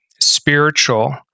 spiritual